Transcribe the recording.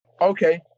Okay